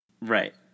Right